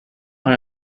har